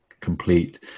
complete